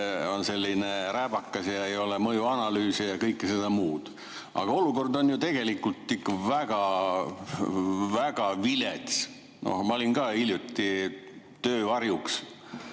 on selline rääbakas, ei ole mõjuanalüüsi ja kõike muud. Aga olukord on ju tegelikult ikka väga vilets. Ma olin hiljuti töövarjuks